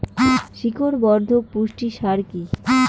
শিকড় বর্ধক পুষ্টি সার কি?